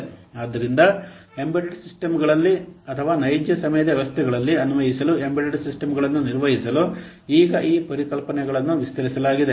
ಆದ್ದರಿಂದ ಎಂಬೆಡೆಡ್ ಸಿಸ್ಟಂಗಳಲ್ಲಿ ಅಥವಾ ನೈಜ ಸಮಯದ ವ್ಯವಸ್ಥೆಗಳಲ್ಲಿ ಅನ್ವಯಿಸಲು ಎಂಬೆಡೆಡ್ ಸಿಸ್ಟಂಗಳನ್ನು ನಿರ್ವಹಿಸಲು ಈಗ ಈ ಪರಿಕಲ್ಪನೆಗಳನ್ನು ವಿಸ್ತರಿಸಲಾಗಿದೆ